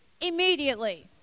Immediately